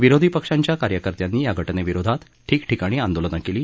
विरोधी पक्षांच्या कार्यकर्त्यांनी या घटनेविरोधात ठिकठिकाणी आंदोलनं केली